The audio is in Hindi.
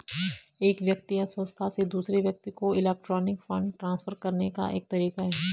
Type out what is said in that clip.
एक व्यक्ति या संस्था से दूसरे व्यक्ति को इलेक्ट्रॉनिक फ़ंड ट्रांसफ़र करने का एक तरीका है